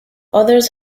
others